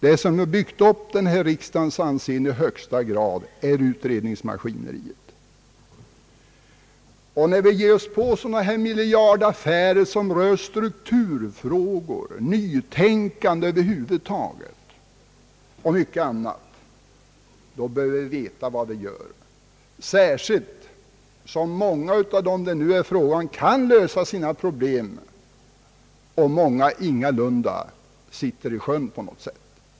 Det som har byggt upp riksdagens anseende är i hög grad utredningsmaskineriet. När vi ger oss in på miljardaffärer som rör strukturfrågor, nytänkande över huvud taget, bör vi veta vad vi gör, särskilt som många av dem som det nu gäller själva kan lösa sina problem och inte alls sitter i sjön på något sätt.